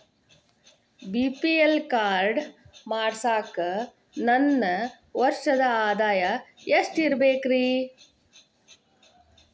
BPL card ಮಾಡ್ಸಾಕ ನನ್ನ ವರ್ಷದ್ ಆದಾಯ ಎಷ್ಟ ಇರಬೇಕ್ರಿ?